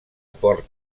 port